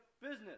Business